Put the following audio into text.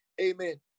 Amen